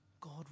God